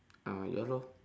ah ya lor